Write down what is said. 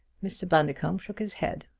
mr. bundercombe shook his head.